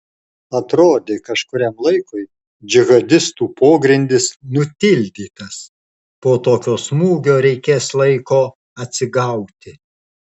atrodė kažkuriam laikui džihadistų pogrindis nutildytas po tokio smūgio reikės laiko atsigauti